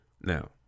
now